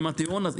עם הטיעון הזה.